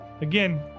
Again